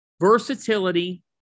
versatility